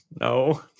no